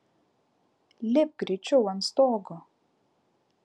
lipk greičiau ant stogo